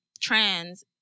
trans